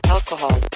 Alcohol